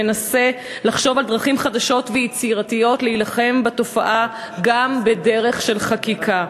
שמנסה לחשוב על דרכים חדשות ויצירתיות להילחם בתופעה גם בדרך של חקיקה.